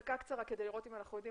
להפסקה קצרה כדי לראות אם אנחנו יודעים